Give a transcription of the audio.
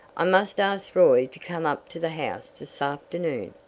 i must ask roy to come up to the house this afternoon.